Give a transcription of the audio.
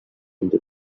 into